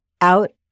out